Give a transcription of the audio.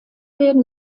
werden